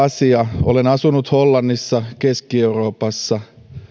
asia olen asunut hollannissa keski euroopassa